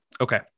Okay